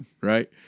right